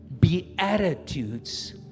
Beatitudes